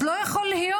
אז לא יכול להיות.